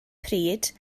pryd